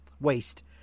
waste